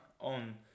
on